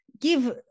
give